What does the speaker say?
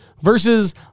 Versus